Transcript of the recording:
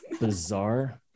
bizarre